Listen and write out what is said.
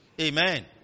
Amen